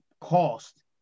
cost